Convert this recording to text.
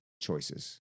choices